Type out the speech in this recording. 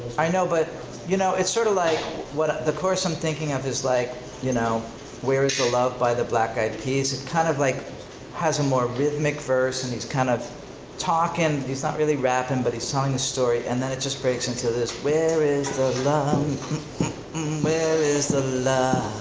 i know but you know, it's sort of like the chorus i'm thinking of is like you know where is the love by the black eyed peas, it kind of like has a more rhythmic verse and he's kind of talking, he's not really rapping but he's telling the story and then it just breaks into this where is the love mm-mm-mm where is the love